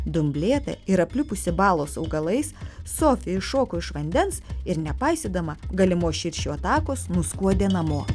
dumblėta ir aplipusi balos augalais sofija iššoko iš vandens ir nepaisydama galimos širšių atakos nuskuodė namo